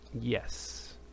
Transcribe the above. Yes